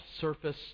surface